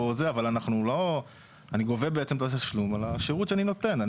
אני גובה בעצם את התשלום על השירות שאני נותן.